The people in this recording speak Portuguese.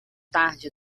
tarde